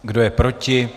Kdo je proti?